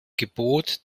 gebot